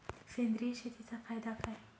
सेंद्रिय शेतीचा फायदा काय?